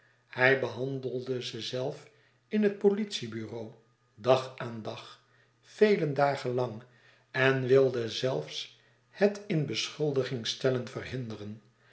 hij behandelde ze zelf in het politiebureau dag aan dag vele dagen lang en wilde zelfs hetin beschuldiging stellen verhinderen